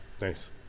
Nice